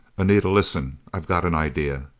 anita, listen i've got an idea!